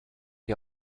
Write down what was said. die